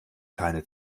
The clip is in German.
keine